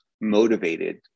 motivated